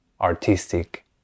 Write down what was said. artistic